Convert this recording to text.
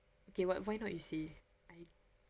okay [what] why not you see I